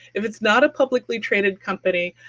if it is not a publicly traded company,